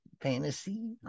Fantasy